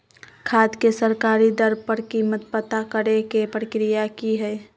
खाद के सरकारी दर पर कीमत पता करे के प्रक्रिया की हय?